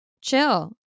chill